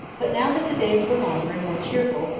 but now that the days were longer and more cheerful,